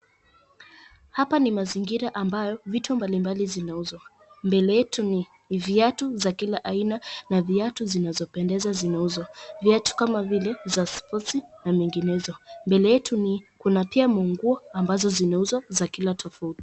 Hap ni mazingira ambayo vitu mbalimbali zinauzwa. Mbele yetu ni viatu za kila aina na viatu zinazopendeza zinauzwa. Viatu kama vile; za spoti na menginezo. Mbele yetu ni kuna pia manguo amabazo zinauzwa za kila tofauti.